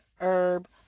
herb